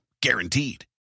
Guaranteed